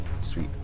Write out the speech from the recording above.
Sweet